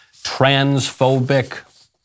transphobic